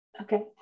Okay